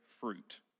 fruit